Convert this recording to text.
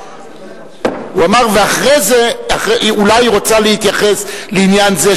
הוא אמר: אולי היא רוצה להתייחס לעניין זה,